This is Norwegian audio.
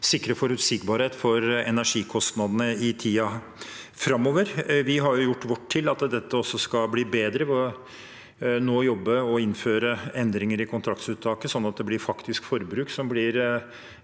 sikre forutsigbarhet for energikostnadene i tiden framover. Vi har gjort vårt for at dette skal bli bedre ved å innføre endringer i kontraktsunntaket, slik at faktisk forbruk blir